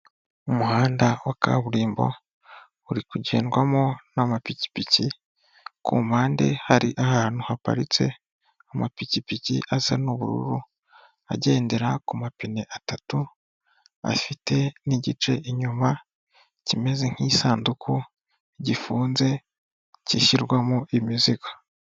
Umuhanda wa kaburimbo uri kugendwamo n'amapikipiki, ku mpande hari ahantu haparitse amapikipiki asa n'ubururu agendera ku mapine atatu, afite n'igice inyuma kimeze nk'isanduku gifunze gishyirwamo imizigo.